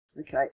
Okay